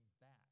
back